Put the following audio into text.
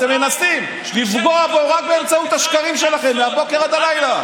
אתם מנסים לפגוע בו רק באמצעות השקרים שלכם מהבוקר עד הלילה.